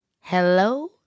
Hello